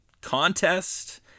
contest